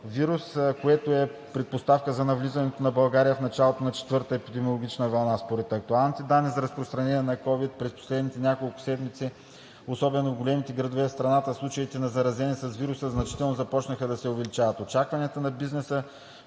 коронавирус, което е предпоставка за навлизането на България в началото на четвъртата епидемиологична вълна. Според актуалните данни за разпространението на COVID-19 през последните няколко седмици, особено в големите градове в страната, случаите на заразени с вируса значително започнаха да се увеличават. Очакванията на бизнеса